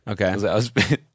Okay